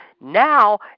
now